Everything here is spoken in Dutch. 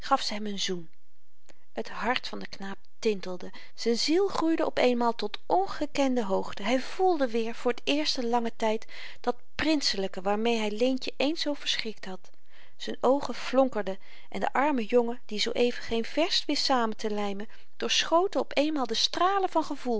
gaf ze hem een zoen het hart van den knaap tintelde zyn ziel groeide op eenmaal tot ongekende hoogte hy voelde weêr voor t eerst in langen tyd dat prinselyke waarmeê hy leentje eens zoo verschrikt had z'n oogen flonkerden en den armen jongen die zoo-even geen vers wist saemtelymen doorschoten op eenmaal de stralen van gevoel